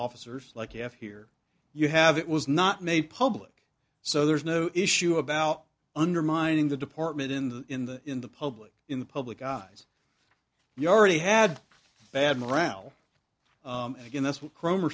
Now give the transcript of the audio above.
officers like you have here you have it was not made public so there's no issue about undermining the department in the in the in the public in the public eyes you already had bad morale again that's what crome